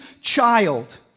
child